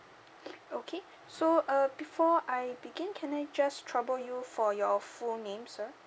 okay so uh before I begin can I just trouble you for your full name sir